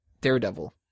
Daredevil